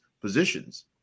positions